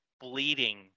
bleeding